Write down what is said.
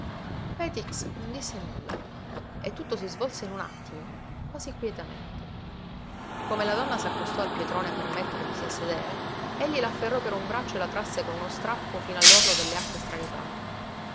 petix non disse nulla e tutto si svolse in un attimo quasi quietamente come la donna s'accostò al pietrone per mettervisi a sedere egli la afferrò per un braccio e la trasse con uno strappo fino all'orlo delle acque straripate